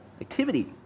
activity